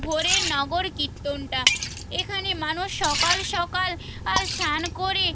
ভোরের নগর কীর্তনটা এখানে মানুষ সকাল সকাল আল স্নান করে